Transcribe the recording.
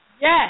Yes